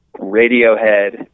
Radiohead